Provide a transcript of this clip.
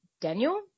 Daniel